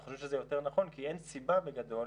אנחנו חושבים שזה יותר נכון כי אין סיבה, בגדול,